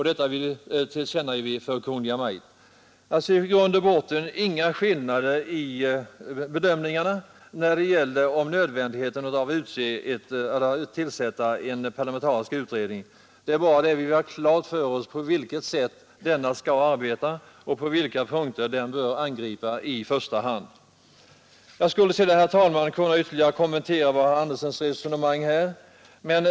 Detta önskar vi att riksdagen ger Kungl. Maj:t till känna. Det finns alltså i grund och botten inga skillnader i bedömningarna när det gäller nödvändigheten av att tillsätta en parlamentarisk utredning. Vi vill bara ha klart för oss på vilket sätt denna skall arbeta och på vilka punkter den i första hand bör ingripa. Jag skulle sedan, herr talman, ytterligare kunna kommentera herr Anderssons i Nybro resonemang.